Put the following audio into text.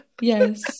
Yes